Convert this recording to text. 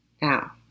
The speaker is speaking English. Now